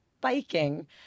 biking